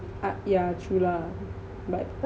ah yeah true lah but